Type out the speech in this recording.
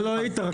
אתה לא היית,